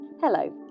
Hello